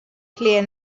clear